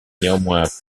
néanmoins